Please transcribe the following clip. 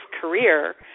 career